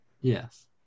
yes